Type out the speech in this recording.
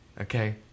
Okay